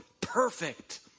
perfect